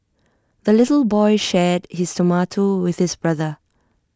the little boy shared his tomato with his brother